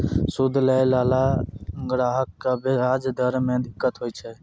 सूद लैय लाला ग्राहक क व्याज दर म दिक्कत होय छै